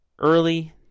early